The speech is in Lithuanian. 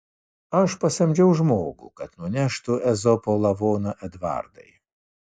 aš pasamdžiau žmogų kad nuneštų ezopo lavoną edvardai